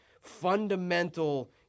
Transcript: fundamental